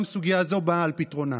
גם סוגיה זו באה על פתרונה.